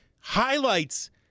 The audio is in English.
highlights